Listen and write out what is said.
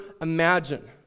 imagine